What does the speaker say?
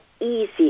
easy